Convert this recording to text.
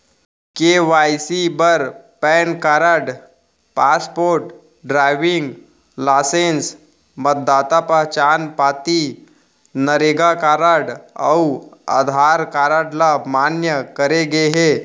KYC बर PAN card, passport, driving licence, मतदाता पहचान पाती, नरेगा कारड अउ आधार कारड ल मान्य करे गे हे